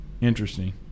Interesting